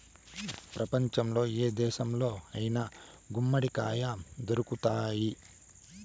ప్రపంచంలో ఏ దేశంలో అయినా గుమ్మడికాయ దొరుకుతాయి